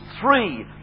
three